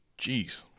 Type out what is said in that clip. Jeez